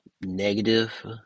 negative